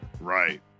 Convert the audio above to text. Right